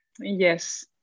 Yes